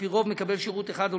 על-פי רוב מקבל שירות אחד,